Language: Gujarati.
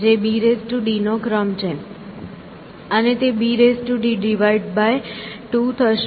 જે bdનો ક્રમ છે અને તે bd2 થશે